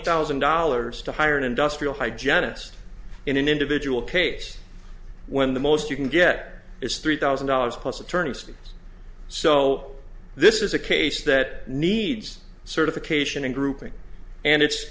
thousand dollars to hire an industrial hi janice in an individual case when the most you can get is three thousand dollars plus attorney's fees so this is a case that needs certification and grouping and it's